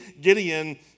Gideon